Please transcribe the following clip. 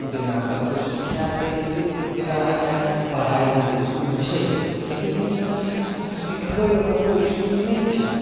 जेना कतौ सिखेतै से जेना आइकाल्हि पढ़ाइ लए तऽ इसकुल छै लेकिन ईसब चीजके सिखबै लए कतौ इसकुल नहि छै